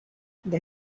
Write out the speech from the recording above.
they